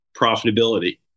profitability